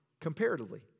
comparatively